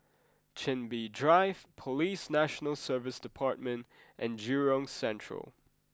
Chin Bee Drive Police National Service Department and Jurong Central